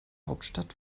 hauptstadt